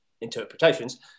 interpretations